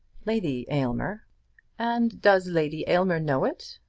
lady aylmer and does lady aylmer know it?